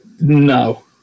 No